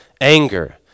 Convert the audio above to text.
anger